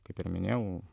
kaip ir minėjau